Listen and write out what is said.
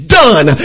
done